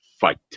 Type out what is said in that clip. fight